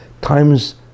times